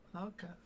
okay